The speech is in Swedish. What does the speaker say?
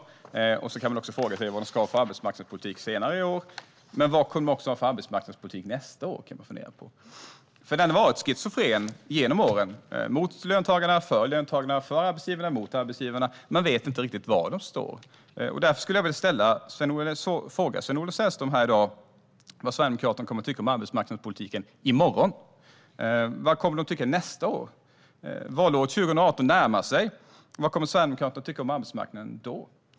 Man kan fråga sig vilken arbetsmarknadspolitik de ska ha senare i år och fundera på vilken arbetsmarknadspolitik de ska ha nästa år. Den har nämligen varit schizofren genom åren - mot löntagarna, för löntagarna, för arbetsgivarna och mot arbetsgivarna. Man vet inte riktigt var Sverigedemokraterna står. Jag vill därför fråga Sven-Olof Sällström i dag vad Sverigedemokraterna kommer att tycka om arbetsmarknadspolitiken i morgon. Vad kommer de att tycka nästa år? Valåret 2018 närmar sig. Vad kommer Sverigedemokraterna att tycka om arbetsmarknaden då?